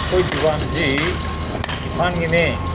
ꯑꯩꯈꯣꯏ ꯗꯨꯀꯥꯟꯁꯤ ꯏꯝꯐꯥꯜꯒꯤꯅꯦ